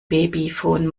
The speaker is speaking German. babyphon